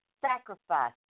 sacrifice